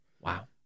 Wow